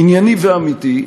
ענייני ואמיתי,